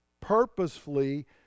purposefully